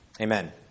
Amen